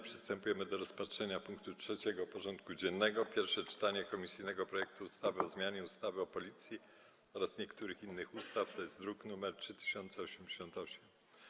Przystępujemy do rozpatrzenia punktu 3. porządku dziennego: Pierwsze czytanie komisyjnego projektu ustawy o zmianie ustawy o Policji oraz niektórych innych ustaw (druk nr 3088)